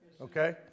okay